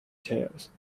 tales